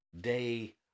day